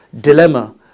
dilemma